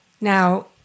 Now